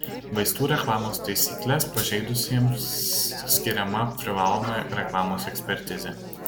vaistų reklamos taisykles pažeidusiesiems skiriama privaloma reklamos ekspertizė